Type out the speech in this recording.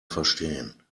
verstehen